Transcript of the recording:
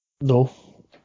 No